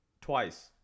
Twice